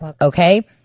okay